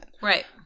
Right